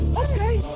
okay